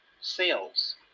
sales